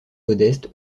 modeste